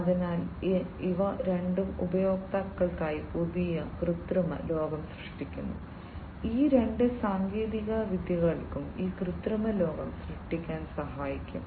അതിനാൽ ഇവ രണ്ടും ഉപയോക്താക്കൾക്കായി പുതിയ കൃത്രിമ ലോകം സൃഷ്ടിക്കുന്നു ഈ രണ്ട് സാങ്കേതികവിദ്യകൾക്കും ഈ കൃത്രിമ ലോകം സൃഷ്ടിക്കാൻ സഹായിക്കും